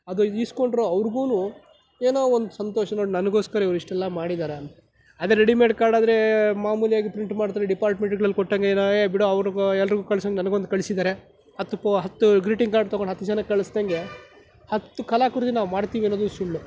ಅದು ಇಸ್ಕೊಂಡ್ರು ಅವ್ರ್ಗೂ ಏನೋ ಒಂದು ಸಂತೋಷ ನೋಡು ನನಗೋಸ್ಕರ ಇವ್ರು ಇಷ್ಟೆಲ್ಲ ಮಾಡಿದ್ದಾರೆ ಅದೇ ರೆಡಿಮೇಡ್ ಕಾರ್ಡಾದರೆ ಮಾಮೂಲಿಯಾಗಿ ಪ್ರಿಂಟ್ ಮಾಡ್ತಾರೆ ಡಿಪಾರ್ಟ್ಮೆಂಟ್ಗಳಲ್ಲಿ ಕೊಟ್ಟಂಗೆ ಏ ಬಿಡೋ ಅವ್ರು ಎಲ್ಲರಿಗೂ ಕಳ್ಸ್ದಂಗೆ ನನ್ಗೊಂದು ಕಳಿಸಿದಾರೆ ಹತ್ತು ಕೊ ಹತ್ತು ಗ್ರೀಟಿಂಗ್ ಕಾರ್ಡ್ ತೊಗೊಂಡು ಹತ್ತು ಜನಕ್ಕೆ ಕಳ್ಸ್ದಂಗೆ ಹತ್ತು ಕಲಾಕೃತಿ ನಾವು ಮಾಡ್ತೀವಿ ಅನ್ನೋದು ಸುಳ್ಳು